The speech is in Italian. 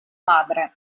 madre